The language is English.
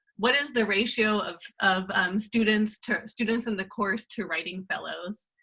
what is the ratio of of students to students in the course to writing fellows,